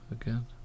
again